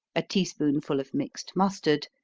a tea spoonful of mixed mustard,